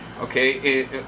okay